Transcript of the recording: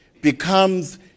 becomes